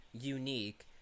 Unique